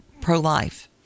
pro-life